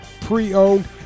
pre-owned